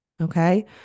okay